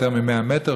יותר מ-100 מטר,